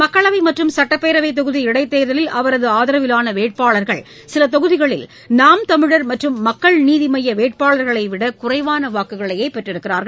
மக்களவை மற்றும் சுட்டப்பேரவைத் தொகுதி இடைத்தேர்தல் அவரது ஆதரவிலான வேட்பாளர்கள் சில தொகுதிகளில் நாம் தமிழர் மற்றும் மக்கள் நீதி மய்ய வேட்பாளர்களைவிட குறைவான வாக்குகளையே பெற்றுள்ளனர்